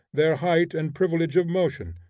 their height and privilege of motion,